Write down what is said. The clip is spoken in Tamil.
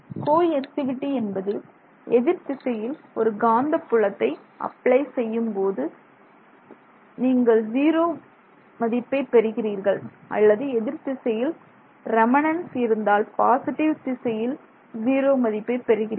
கோஎர்சிவிட்டி என்பது எதிர்திசையில் ஒரு காந்த புலத்தை அப்ளை செய்யும்போது நீங்கள் ஜீரோ மதிப்பை பெறுகிறீர்கள் அல்லது எதிர் திசையில் ரெமனென்ஸ் இருந்தால் பாசிட்டிவ் திசையில் ஜீரோ மதிப்பு பெறுகிறீர்கள்